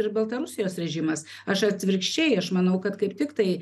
ir baltarusijos režimas aš atvirkščiai aš manau kad kaip tik tai